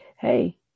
Hey